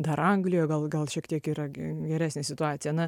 dar anglijoje gal gal šiek tiek yra ge geresnė situacija na